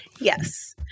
Yes